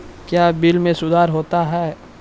क्या बिल मे सुधार होता हैं?